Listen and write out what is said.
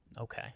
Okay